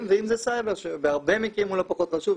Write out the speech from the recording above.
ואם זה סייבר שבהרבה מקרים הוא לא פחות חשוב,